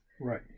Right